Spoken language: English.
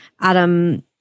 Adam